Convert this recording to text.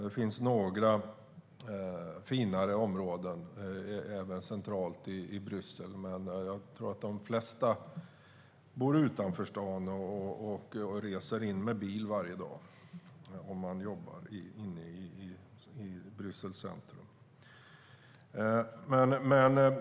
Det finns andra, finare områden även centralt i Bryssel, men jag tror att de flesta bor utanför stan och reser in med bil varje dag om de jobbar inne i Bryssels centrum.